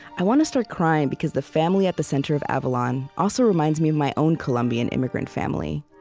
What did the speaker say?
i want to start crying, because the family at the center of avalon also reminds me of my own colombian immigrant family,